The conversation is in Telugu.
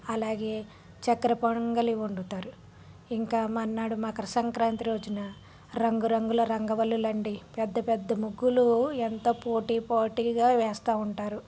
అలాగే చక్రపొంగలి వండుతారు ఇంకా మన్నాడు సంక్రాంతి రోజున రంగురంగుల రంగవల్లులు అండి పెద్ద పెద్ద ముగ్గులు ఎంత పోటీ పోటీగా వేస్తు ఉంటారు